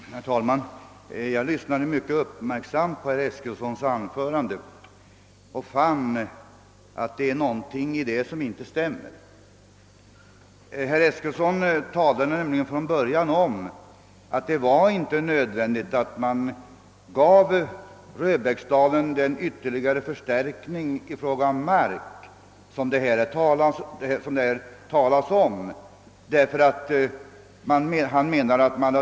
Herr talman! Jag lyssnade mycket uppmärksamt på herr Eskilsson och fann att det var någonting i hans anförande som inte stämmer. Herr Eskilsson sade att det inte är nödvändigt att man ger Röbäcksdalen den ytterligare förstärkning i fråga om mark som föreslagits.